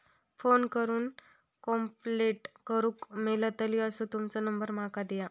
Phone करून complaint करूक मेलतली असो तुमचो नंबर माका दिया?